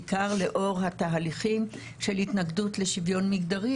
בעיקר לאור התהליכים של התנגדות לשוויון מגדרי